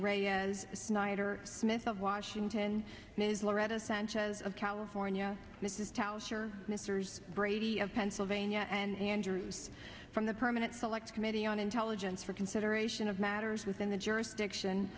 meehan snyder smith of washington loretta sanchez of california mrs tallis or misters brady of pennsylvania and andrews from the permanent select committee on intelligence for consideration of matters within the jurisdiction